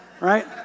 right